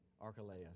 Archelaus